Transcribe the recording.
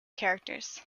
characters